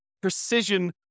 precision